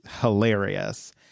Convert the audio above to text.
hilarious